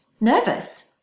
nervous